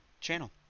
channel